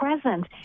present